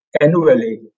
annually